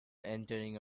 entering